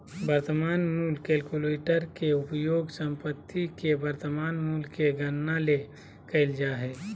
वर्तमान मूल्य कलकुलेटर के उपयोग संपत्ति के वर्तमान मूल्य के गणना ले कइल जा हइ